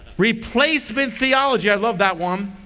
replacement theology. i love that one.